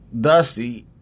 dusty